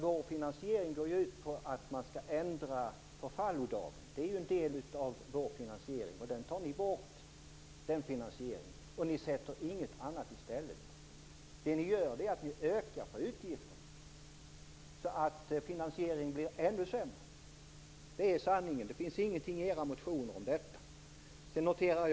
Vår finansiering går ju ut på att man skall ändra förfallodagen; det är en del av vår finansiering. Den finansieringen tar ni bort, och ni sätter inget annat i stället. Det ni gör är att öka på utgifterna, så att finansieringen blir ännu sämre. Det är sanningen. Det finns ingenting om detta i era motioner.